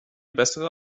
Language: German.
bessere